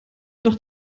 doch